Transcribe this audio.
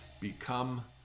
become